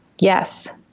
yes